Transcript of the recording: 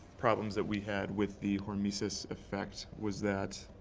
problems that we had with the hormesis effect was that